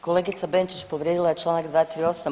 Kolegica Benčić povrijedila je članak 238.